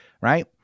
right